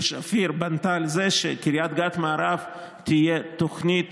שפיר נבנתה על זה שקריית גת מערב תהיה תוכנית